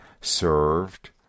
served